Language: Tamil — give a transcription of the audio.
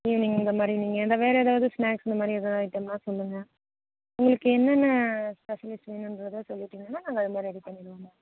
ஈவினிங் இந்த மாதிரி நீங்கள் வேறு ஏதாவது ஸ்நாக்ஸ் இந்த மாதிரி ஏதாது ஐட்டம் வேணும்னா சொல்லுங்க உங்களுக்கு என்னென்ன ஃபெசிலிட்டி வேணுங்கிறதை சொல்லிட்டீங்கனால் நாங்கள் அதை மாதிரி ரெடி பண்ணிடுவோம் மேம்